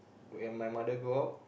when my mother go out